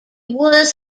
was